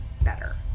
better